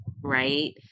right